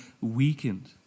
weakened